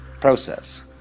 process